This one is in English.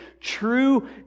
true